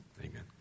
Amen